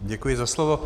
Děkuji za slovo.